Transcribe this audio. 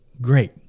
great